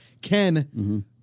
Ken